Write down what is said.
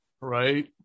right